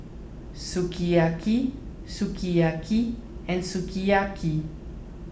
Sukiyaki Sukiyaki and Sukiyaki